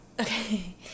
Okay